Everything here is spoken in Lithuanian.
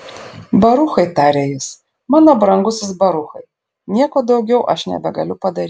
baruchai tarė jis mano brangusis baruchai nieko daugiau aš nebegaliu padaryti